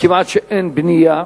וכמעט שאין בנייה.